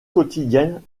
quotidienne